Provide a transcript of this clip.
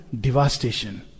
devastation